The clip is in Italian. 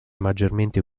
maggiormente